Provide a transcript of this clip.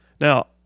Now